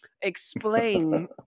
explain